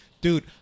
dude